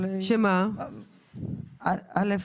כן, ענבל,